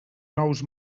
nous